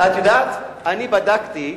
את יודעת, אני בדקתי.